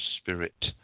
spirit